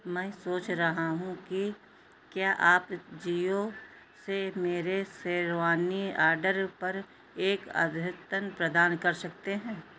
मैं सोच रहा हूँ कि क्या आप जियो से मेरे शेरवानी ऑर्डर पर एक अद्यतन प्रदान कर सकते हैं